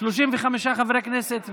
35 חברי כנסת בעד,